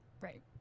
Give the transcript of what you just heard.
right